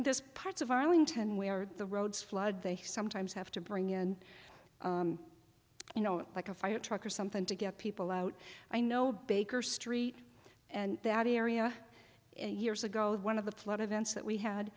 there's parts of arlington where the roads flood they sometimes have to bring in you know like a fire truck or something to get people out i know baker street and that area years ago one of the flood events that we had